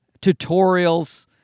tutorials